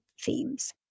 themes